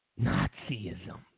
Nazism